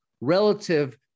relative